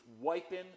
wiping